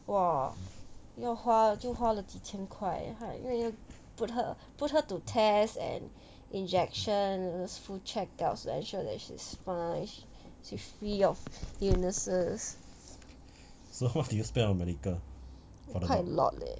!wah! 又花了就花了几千块因为 put her put her to tests and injection for checked out ensure that she's fine she free of illnesses quite a lot leh